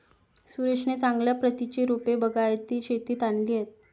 सुरेशने चांगल्या प्रतीची रोपे बागायती शेतीत आणली आहेत